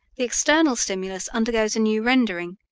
the external stimulus undergoes a new rendering,